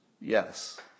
Yes